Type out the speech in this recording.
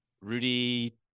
Rudy